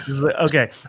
okay